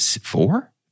four